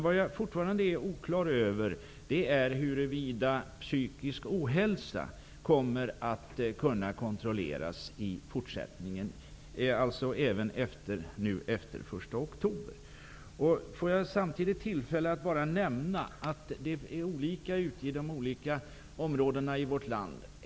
Vad jag fortfrande inte har fått klarhet i är huruvida psykisk ohälsa kommer att kunna kotrolleras i fortsättningen, alltså även efter den 1 oktober. Får jag samtidigt ta tillfället i akt och nämna att det är olika i de olika områdena i vårt land.